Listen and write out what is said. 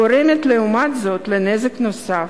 גורמת לעומת זאת נזק נוסף,